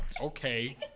okay